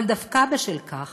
אבל דווקא בשל כך